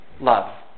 love